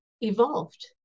evolved